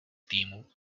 týmu